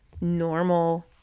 normal